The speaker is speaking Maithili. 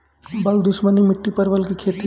बल दुश्मनी मिट्टी परवल की खेती?